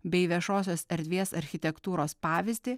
bei viešosios erdvės architektūros pavyzdį